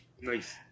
Nice